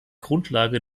grundlage